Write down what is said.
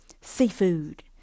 Seafood